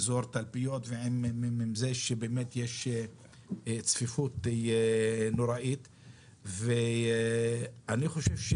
אזור תלפיות ועם זה שבאמת יש צפיפות נוראית ואני חושב,